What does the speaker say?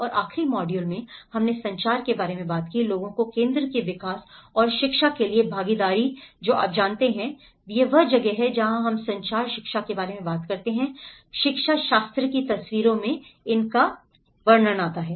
और आखिरी मॉड्यूल में हमने संचार के बारे में बात की लोगों को केंद्र के विकास और शिक्षा के लिए भागीदारी जो आप जानते हैं यह वह जगह है जहां हम संचार शिक्षा के बारे में बात करते हैं शिक्षाशास्त्र भी तस्वीर में आता है